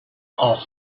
off